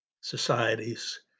societies